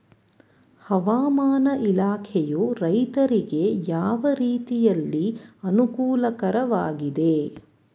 ಹವಾಮಾನ ಇಲಾಖೆಯು ರೈತರಿಗೆ ಯಾವ ರೀತಿಯಲ್ಲಿ ಅನುಕೂಲಕರವಾಗಿದೆ?